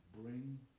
bring